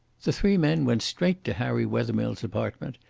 the three men went straight to harry wethermill's apartment,